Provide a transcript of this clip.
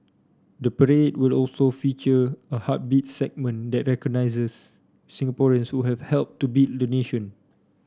the parade will also feature a Heartbeats segment that recognises Singaporeans who have helped to build the nation